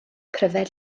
pryfed